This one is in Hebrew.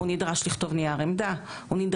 אני חושב שהחיבורים האפשריים הם למשל